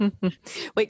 Wait